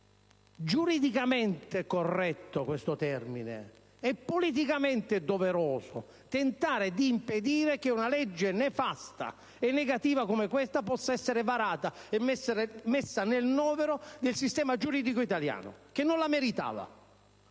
giuridicamente corretto questo termine e politicamente doveroso - che una legge nefasta e negativa come questa possa essere varata e messa nel novero del sistema giuridico italiano, che non la merita.